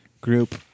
group